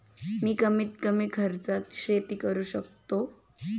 मी कमीत कमी खर्चात शेती कशी करू शकतो?